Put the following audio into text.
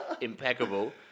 impeccable